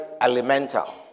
elemental